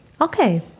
Okay